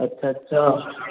ਅੱਛਾ ਅੱਛਾ